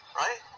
right